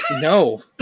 no